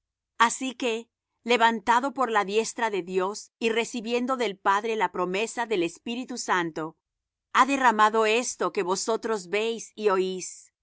así que levantado por la diestra de dios y recibiendo del padre la promesa del espíritu santo ha derramado esto que vosotros veis y oís